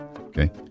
Okay